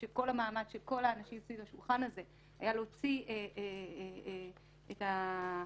שכל המאמץ של כל האנשים סביב השולחן הזה היה להוציא את האוכלוסיות